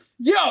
Yo